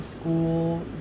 school